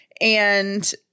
And-